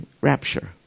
rapture